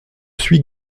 suis